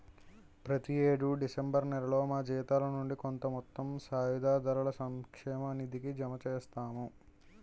ప్రతి యేడు డిసెంబర్ నేలలో మా జీతాల నుండి కొంత మొత్తం సాయుధ దళాల సంక్షేమ నిధికి జమ చేస్తాము